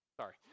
sorry